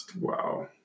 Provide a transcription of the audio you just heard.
Wow